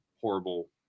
horrible